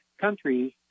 countries